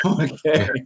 Okay